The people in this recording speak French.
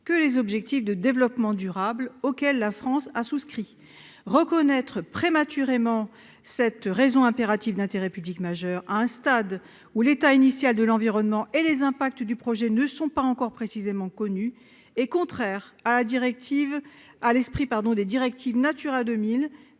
que les objectifs de développement durable (ODD), auxquels la France a souscrit. Reconnaître prématurément cette RIIPM à un stade où l'état initial de l'environnement et les impacts du projet ne sont pas encore précisément connus est contraire à l'esprit de la directive Natura 2000,